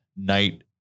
night